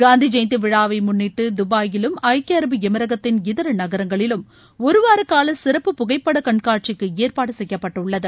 காந்தி ஜெயந்தி விழாவை முன்னிட்டு தபாயிலும் ஐக்கிய அரபு எமிரகத்தின் இதர நகரங்களிலும் ஒருவாரக் கால சிறப்பு புகைப்பட கண்காட்சிக்கு ஏற்பாடு செய்யப்பட்டுள்ளது